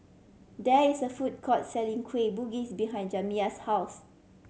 there is a food court selling Kueh Bugis behind Jamya's house